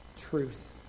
Truth